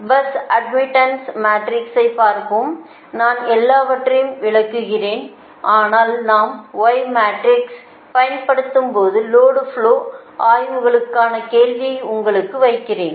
எனவே bus admittance மேட்ரிக்ஸை பார்ப்போம் நான் எல்லாவற்றையும் விளக்குகிறேன் ஆனால் நாம் y மேட்ரிக்ஸைப் பயன்படுத்தும் லோடு ஃப்லோ ஆய்வுகளுக்கான கேள்வியை உங்களிடம் வைக்கிறேன்